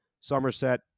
Somerset